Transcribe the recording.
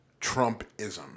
Trumpism